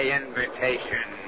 invitation